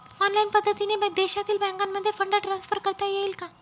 Online पद्धतीने देशातील बँकांमध्ये फंड ट्रान्सफर करता येईल का?